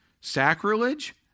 sacrilege